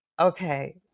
Okay